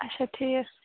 اَچھا ٹھیٖک